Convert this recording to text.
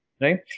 right